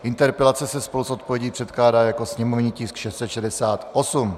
Interpelace se spolu s odpovědí předkládá jako sněmovní tisk 668.